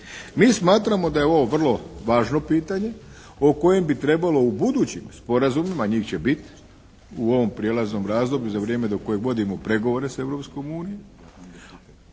Mi smatramo da je ovo vrlo važno pitanje o kojem bi trebalo u budućim sporazumima, njih će biti u ovom prijelaznom razdoblju za vrijeme dok vodimo pregovore sa